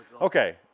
Okay